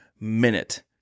minute